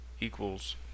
equals